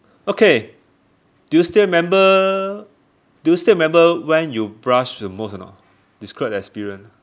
okay do you still remember do you still remember when you blush the most or not describe the experience